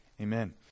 amen